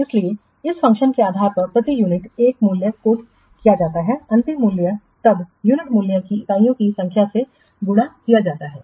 इसलिए इस फ़ंक्शन के आधार पर प्रति यूनिट एक मूल्य उद्धृत किया जाता है अंतिम मूल्य तब यूनिट मूल्य को इकाइयों की संख्या से गुणा किया जाता है